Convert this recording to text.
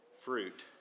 fruit